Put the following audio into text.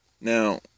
Now